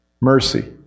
Mercy